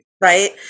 Right